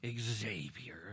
Xavier